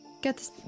Get